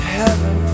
heaven